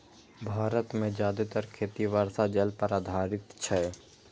भारत मे जादेतर खेती वर्षा जल पर आधारित छै